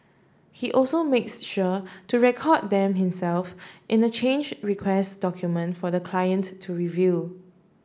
he also makes sure to record them himself in a change request document for the client to review